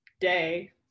day